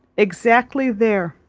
exactly there,